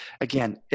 again